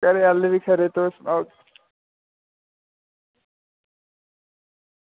घरै आह्ले बी खरे तुस सनाओ